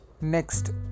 Next